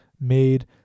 made